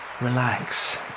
Relax